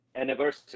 anniversary